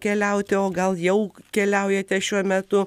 keliauti o gal jau keliaujate šiuo metu